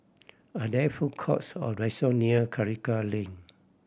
are there food courts or restaurant near Karikal Lane